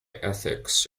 ethics